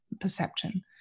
perception